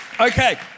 okay